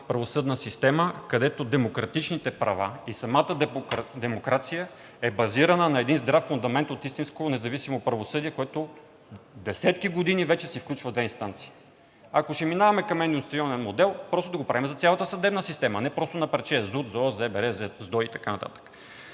правосъдна система, където демократичните права и самата демокрация е базирана на един здрав фундамент от истинско независимо правосъдие, което десетки години вече се включва в две инстанции. Ако ще минаваме към едноинстанционен модел, просто да го правим за цялата съдебна система, а не на парче – ЗУТ, ЗОС, ЗБР, ЗДОИ и така нататък,